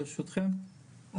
ברשותכם,